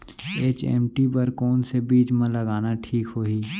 HMT बर कौन से बीज मा लगाना ठीक होही?